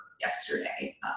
yesterday